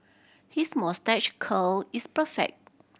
his moustache curl is perfect